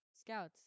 Scouts